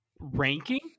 ranking